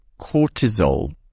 cortisol